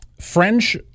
French